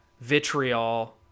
vitriol